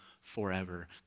forever